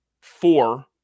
four